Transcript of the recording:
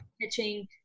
pitching